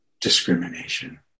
Discrimination